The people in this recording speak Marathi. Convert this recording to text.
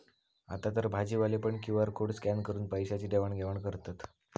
आतातर भाजीवाले पण क्यु.आर कोड स्कॅन करून पैशाची देवाण घेवाण करतत